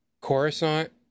Coruscant